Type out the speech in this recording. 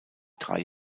drei